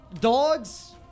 Dogs